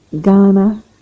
Ghana